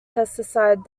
pesticide